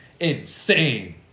Insane